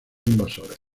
invasores